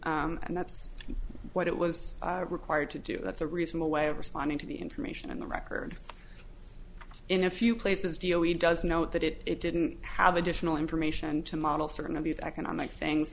and that's what it was required to do that's a reasonable way of responding to the information in the record in a few places dio he does note that it didn't have additional information to model certain of these economic things